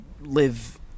live